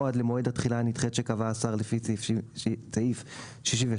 או עד למועד התחילה הנדחית שקבע השר לפי סעיף 68,